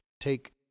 Take